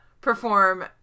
perform